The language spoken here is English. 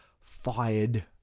fired